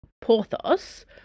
Porthos